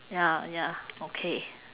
ya ya okay